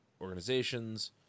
organizations